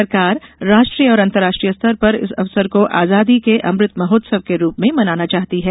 सरकार राष्ट्रीय और अंतरराष्ट्रीय स्तर पर इस अवसर को आजादी का अमृत महोत्सव के रूप में मनाना चाहती है